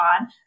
on